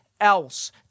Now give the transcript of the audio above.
else